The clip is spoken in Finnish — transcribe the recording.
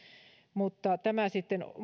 mutta se sitten